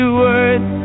words